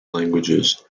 languages